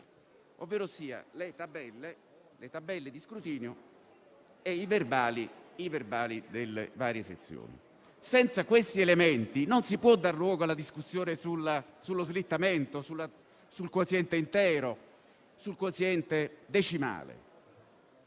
ovverosia le tabelle di scrutinio e i verbali delle varie sezioni. Senza questi elementi non si può dar luogo alla discussione sullo slittamento, sul quoziente intero, sul quoziente decimale.